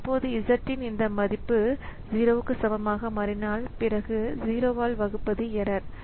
இப்போது z இன் இந்த மதிப்பு 0 க்கு சமமாக மாறினால் பிறகு 0 ஆல் வகுப்பது எரர்